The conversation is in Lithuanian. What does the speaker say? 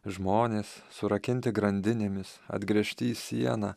žmonės surakinti grandinėmis atgręžti į sieną